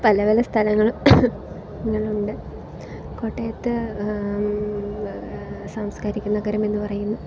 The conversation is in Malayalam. പല പല സ്ഥലങ്ങളും ഞങ്ങളുണ്ട് കോട്ടയത്ത് സാംസ്കാരിക നഗരമെന്ന് പറയുന്നു